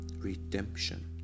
Redemption